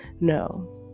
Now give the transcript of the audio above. no